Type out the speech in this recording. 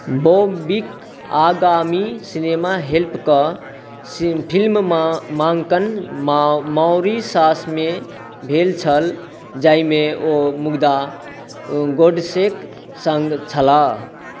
बॉबीके आगामी सिनेमा हेल्पके फिल्माङ्कन मॉरिशसमे भेल छल जाहिमे ओ मुग्धा गोडसेके सङ्ग छलाह